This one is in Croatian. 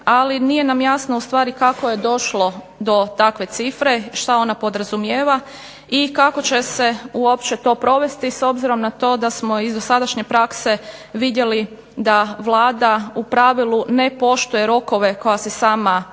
Ali nije nam jasno ustvari kako je došlo do takve cifre, što ona podrazumijeva i kako će se to uopće provesti s obzirom na to da smo iz dosadašnje prakse vidjeli da Vlada u pravilu ne poštuje rokove koja si sama zadaje.